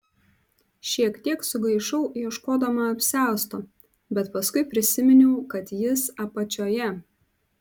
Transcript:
šiek tiek sugaišau ieškodama apsiausto bet paskui prisiminiau kad jis apačioje